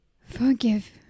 Forgive